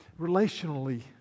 relationally